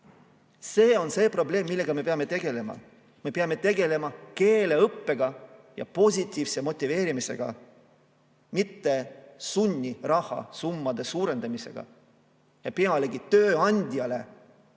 See on see probleem, millega me peame tegelema. Me peame tegelema keeleõppega ja positiivse motiveerimisega, mitte sunnirahasummade suurendamisega, pealegi tööandja